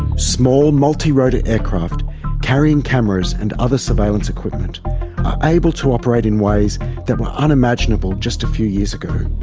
small multi-rotor aircraft carrying cameras and other surveillance equipment are able to operate in ways that were unimaginable just a few years ago.